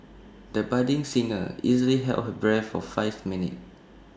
the budding singer easily held her breath for five minutes